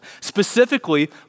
Specifically